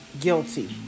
guilty